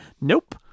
Nope